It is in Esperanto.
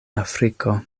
afriko